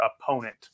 opponent